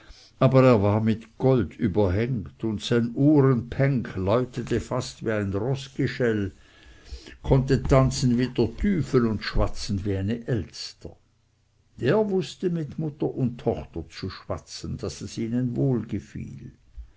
aber er war mit gold überhängt und sein uhrenbhänk läutete fast wie ein roßgschäll konnte tanzen wie dr tüfel und schwatzen wie eine elster der wußte mit mutter und tochter zu schwatzen daß es ihnen